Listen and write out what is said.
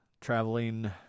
traveling